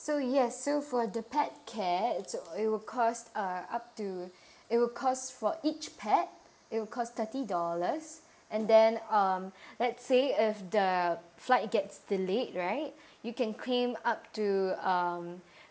so yes so for the pet care so it'll cost uh up to it will cost for each pet it'll cost thirty dollars and then um let's say if the uh flight gets delayed right you can claim up to um